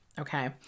Okay